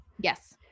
Yes